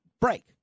break